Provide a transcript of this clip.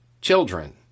children